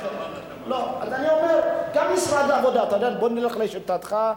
לא, אז אני אומר, גם משרד העבודה, בוא נלך לשיטתך,